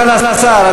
סגן השר,